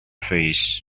face